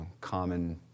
common